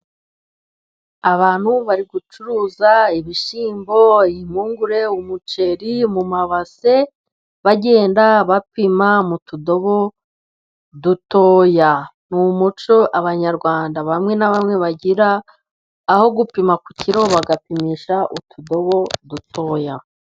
Abantu bari gucuruza imbungure, ibishyimbo, umuceri mu base bakoresheje utudobo dutoya. Aho abanyarwanda bakunda gupima bakoresheje utudobo dutoya.